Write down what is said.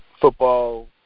football